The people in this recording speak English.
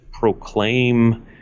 Proclaim